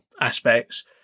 aspects